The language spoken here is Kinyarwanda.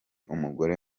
umugore